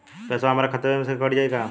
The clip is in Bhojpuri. पेसावा हमरा खतवे से ही कट जाई?